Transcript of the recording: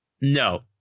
No